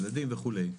ילדים וכולי.